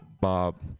Bob